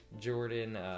Jordan